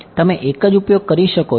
તમે એ જ ઉપયોગ કરી શકો છો